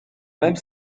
même